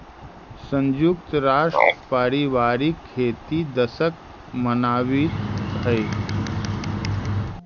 संयुक्त राष्ट्र पारिवारिक खेती दशक मनावित हइ